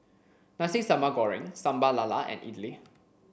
Nasi Sambal Goreng Sambal Lala and idly